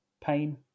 pain